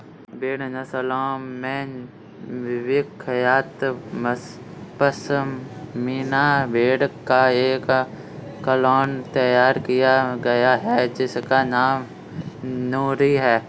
भेड़ नस्लों में विख्यात पश्मीना भेड़ का एक क्लोन तैयार किया गया है जिसका नाम नूरी है